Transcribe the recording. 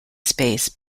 space